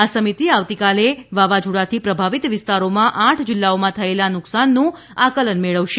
આ સમિતિ આવતીકાલે વાવાઝોડાથી પ્રભાવિત વિસ્તારોવાળા આઠ જિલ્લાઓમાં થયેલા નુકસાનનું આકલન મેળવશે